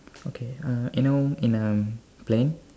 okay uh you know in a plane